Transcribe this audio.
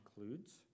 includes